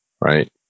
right